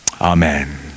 Amen